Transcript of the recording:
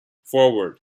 forward